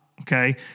okay